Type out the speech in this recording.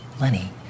Lenny